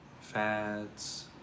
Fads